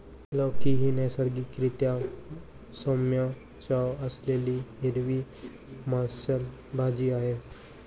लौकी ही नैसर्गिक रीत्या सौम्य चव असलेली हिरवी मांसल भाजी आहे